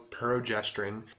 progesterone